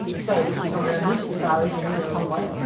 so this was on our moose safari in north conway.